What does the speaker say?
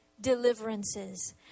deliverances